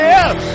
Yes